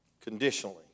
conditionally